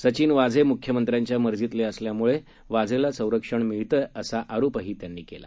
सचिन वाझे मुख्यमंत्र्याच्या मर्जीतले असल्यामुळे वाझेला संरक्षण मिळतंय असा आरोपही त्यांनी केला